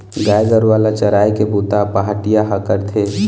गाय गरूवा ल चराए के बूता पहाटिया ह करथे